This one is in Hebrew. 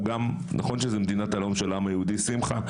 נכון שזה מדינת הלאום של העם היהודי, שמחה.